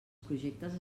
projectes